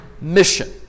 mission